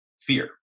fear